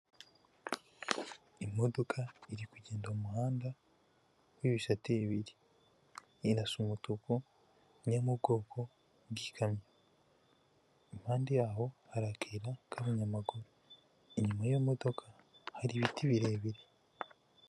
Imodoka iri kugenda mu muhanda w'ibisate bibiri, irasa umutuku n'iyo mu bwoko bw'ikamyo. Impande y'aho hari akayira k'abanyamaguru, inyuma y'iyo modoka hari ibiti birebire.